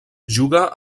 juga